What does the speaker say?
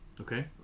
Okay